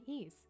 ease